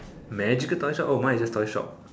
magical toy shop oh mine is just toy shop